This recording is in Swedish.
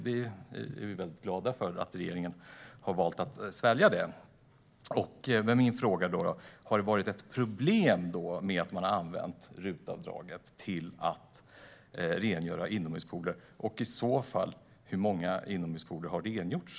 Vi är glada för att regeringen har valt att svälja det. Men min fråga är: Har det varit ett problem med att man har använt RUT-avdraget till att rengöra inomhuspooler, och hur många inomhuspooler har i så fall rengjorts?